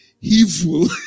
evil